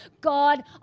God